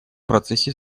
процессе